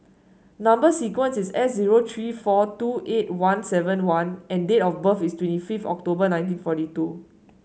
number sequence is S zero three four two eight one seven one and date of birth is twenty fifth October nineteen forty two